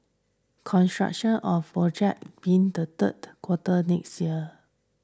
construction of project being the third quarter next year